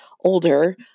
older